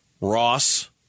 Ross